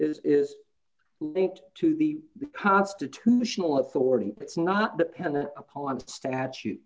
the is linked to the constitutional authority it's not dependent upon statute